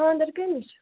خانٛدر کٔمِس چھُ